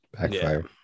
Backfire